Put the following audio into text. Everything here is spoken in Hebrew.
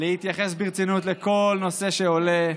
להתייחס ברצינות לכל נושא שעולה,